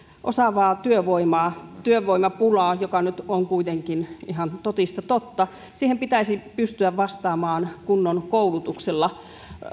osaavaa työvoimaa työvoimapulaan joka nyt on kuitenkin ihan totista totta pitäisi pystyä vastaamaan kunnon koulutuksella